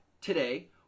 today